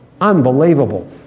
Unbelievable